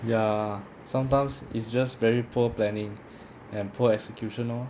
ya sometimes it's just very poor planning and poor execution lor